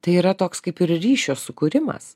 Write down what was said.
tai yra toks kaip ir ryšio sukūrimas